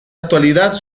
actualidad